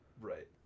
Right